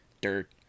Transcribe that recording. dirt